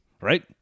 Right